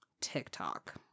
TikTok